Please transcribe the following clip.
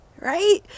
right